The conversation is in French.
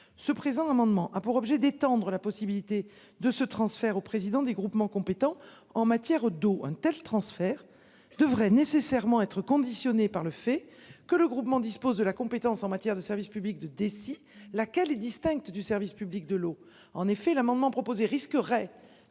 ce présent amendement a pour objet d'étendre la possibilité de ce transfert au Président des groupements compétents en matière d'eau, un tel transfert devrait nécessairement. Conditionné par le fait que le groupement dispose de la compétence en matière de service public de Dessy, laquelle est distincte du service public de l'eau en effet l'amendement proposé risquerait